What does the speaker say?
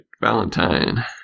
Valentine